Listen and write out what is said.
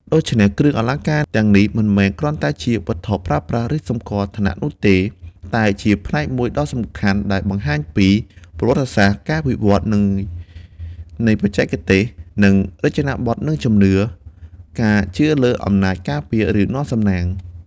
ដូច្នេះ គ្រឿងអលង្ការទាំងនេះមិនមែនគ្រាន់តែជាវត្ថុប្រើប្រាស់ ឬសម្គាល់ឋានៈនោះទេ តែជាផ្នែកមួយដ៏សំខាន់ដែលបង្ហាញពី ប្រវត្តិសាស្ត្រ (ការវិវត្តន៍នៃបច្ចេកទេស និងរចនាបថ) និង ជំនឿ (ការជឿលើអំណាចការពារ ឬនាំសំណាង)។